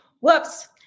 Whoops